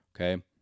okay